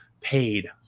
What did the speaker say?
paid